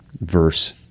verse